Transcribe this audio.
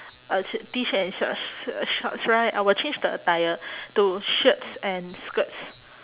a sh~ t-shirt and shorts uh shorts right I will change the attire to shirts and skirts